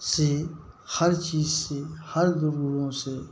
से हर चीज़ से हर दुर्गुणों से